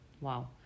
Wow